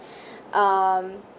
um